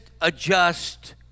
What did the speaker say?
adjust